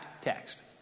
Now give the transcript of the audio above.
text